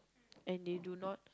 and they do not